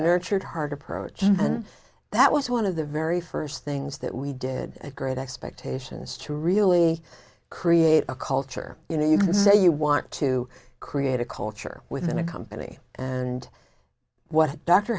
nurtured heart approach and that was one of the very first things that we did a great expectations to really create a culture you know you could say you want to create a culture within a company and what